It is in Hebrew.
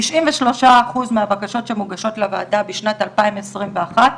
93 אחוזים מהבקשות שמוגשות לוועדה בשנת 2021,